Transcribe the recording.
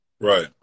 Right